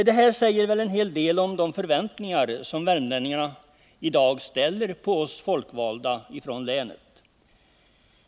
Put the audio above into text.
Detta säger en hel del om de förväntningar som värmlänningarna i dag ställer på oss folkvalda från länet.